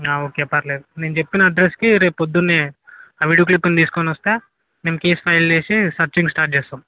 okay పర్లేదు నేను చెప్పిన అడ్రస్కి రేపు పోద్దున్న ఆ వీడియో క్లిప్ని తీసుకొని వస్తే మేము కేస్ ఫైల్ చేసి సర్చింగ్ స్టార్ట్ చేస్తాం